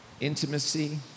intimacy